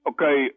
Okay